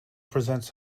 presents